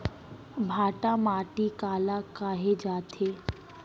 भांटा माटी काला कहे जाथे?